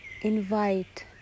invite